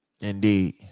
Indeed